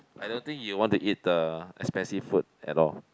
I don't think you want to eat the expensive food at all